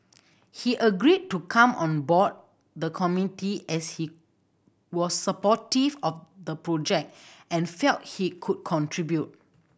he agreed to come on board the committee as he was supportive of the project and felt he could contribute